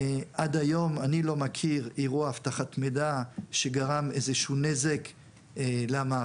עד היום אני לא מכיר אירוע אבטחת מידע שגרם איזשהו נזק למערכת.